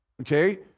Okay